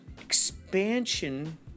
Expansion